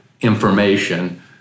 information